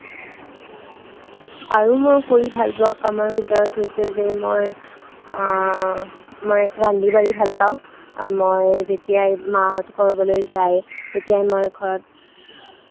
আৰু মই কৰি ভাল পোৱা কামৰ ভিতৰত হৈছে যে মই মই ৰান্ধি বাঢ়ি ভাল পাওঁ মই যেতিয়াই মাহঁত ক'ৰবালৈ যায় তেতিয়াই মই ঘৰত